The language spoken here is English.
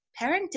parenting